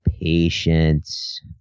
Patience